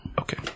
Okay